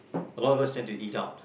a lot of us tend to eat out